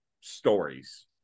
stories